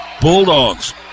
Bulldogs